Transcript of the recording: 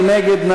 מי נגד?